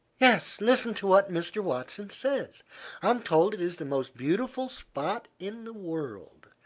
yes. listen to what mr. watson says i'm told it is the most beautiful spot in the world,